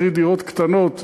קרי דירות קטנות,